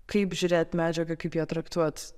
kaip žiūrėt medžiagą kaip ją traktuot